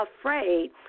afraid